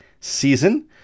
season